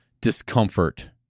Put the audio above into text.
discomfort